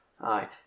aye